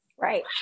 Right